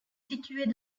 situés